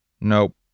Nope